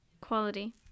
quality